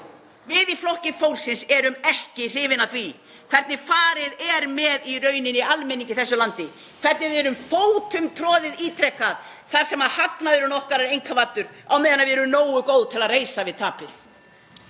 Við í Flokki fólksins erum ekki hrifin af því hvernig farið er með almenning í þessu landi, hvernig við erum fótumtroðin ítrekað þar sem hagnaðurinn okkar er einkavæddur á meðan við erum nógu góð til að reisa við tapið.